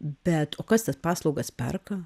bet o kas tas paslaugas perka